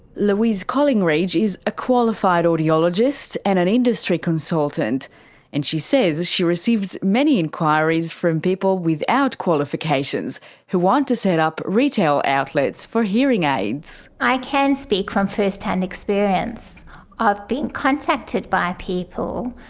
louise collingridge is a qualified audiologist and an industry consultant and she says she receives many inquiries from people without qualifications who want to set up retail outlets for hearing aids. i can speak from firsthand experience of being contacted by people,